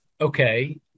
Okay